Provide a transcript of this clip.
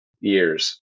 years